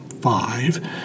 Five